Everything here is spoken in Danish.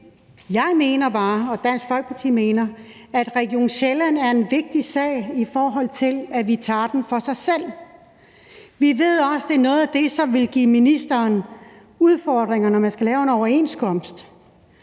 mener, at Region Sjælland er en vigtig sag, i forhold til at vi tager forespørgslen for sig selv. Vi ved også, at det er noget af det, som vil give ministeren udfordringer, når man skal lave en overenskomst,